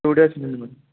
two days ముందు madam